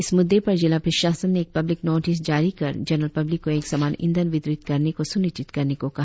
इस मुद्दे पर जिला प्रशासन ने एक पब्लिक नॉटिस जारी कर जनरल पब्लिक को एक समान ईंधन वितरित करने की सुनिश्चित करने को कहा